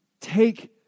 take